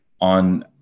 on